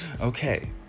okay